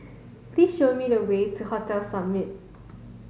please show me the way to Hotel Summit